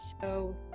show